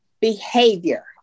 behavior